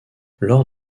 lors